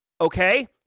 okay